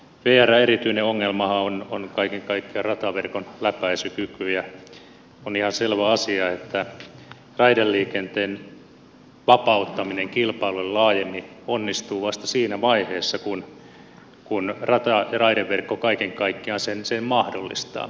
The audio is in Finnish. vrn erityinen ongelmahan on kaiken kaikkiaan rataverkon läpäisykyky ja on ihan selvä asia että raideliikenteen vapauttaminen kilpailulle laajemmin onnistuu vasta siinä vaiheessa kun rata ja raideverkko kaiken kaikkiaan sen mahdollistaa